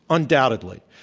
undoubtedly.